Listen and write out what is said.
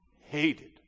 hated